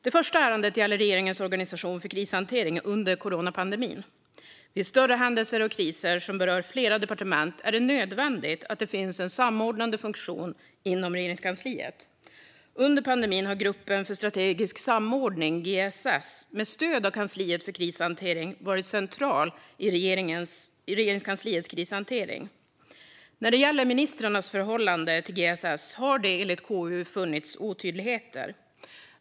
Det första ärendet gäller regeringens organisation för krishantering under coronapandemin. Vid större händelser och kriser som berör flera departement är det nödvändigt att det finns en samordnande funktion inom Regeringskansliet. Under pandemin har gruppen för strategisk samordning, GSS, med stöd av kansliet för krishantering varit central i Regeringskansliets krishantering. När det gäller ministrarnas förhållande till GSS har det enligt KU funnits otydligheter.